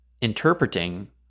interpreting